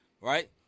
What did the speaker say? Right